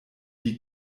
die